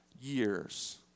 years